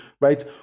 right